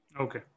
Okay